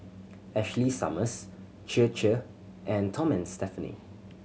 Ashley Summers Chir Chir and Tom and Stephanie